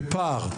בפער,